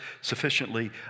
sufficiently